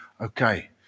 Okay